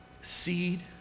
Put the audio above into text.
Seed